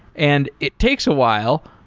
and it takes a while,